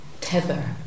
tether